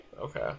okay